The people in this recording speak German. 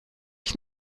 ich